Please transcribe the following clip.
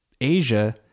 Asia